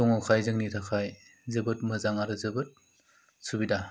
दङखाय जोंनि थाखाय जोबोद मोजां आरो जोबोद सुबिदा